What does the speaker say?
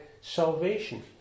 salvation